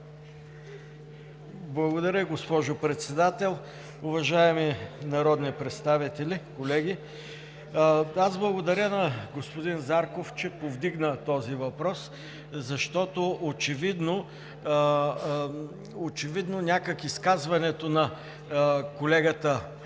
Благодаря, госпожо Председател. Уважаеми народни представители, колеги! Аз благодаря на господин Зарков, че повдигна този въпрос, защото очевидно някак изказването на колегата